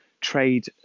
trade